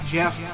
Jeff